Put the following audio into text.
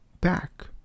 back